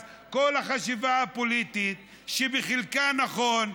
אז כל החשיבה הפוליטית, שבחלקה נכונה,